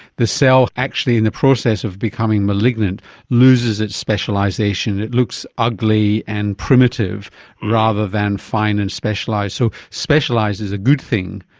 the cell actually in the process of becoming malignant loses its specialisation, it looks ugly and primitive rather than fine and specialised. so specialised is a good thing.